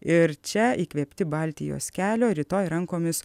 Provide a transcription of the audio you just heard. ir čia įkvėpti baltijos kelio rytoj rankomis